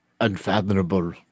unfathomable